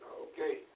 Okay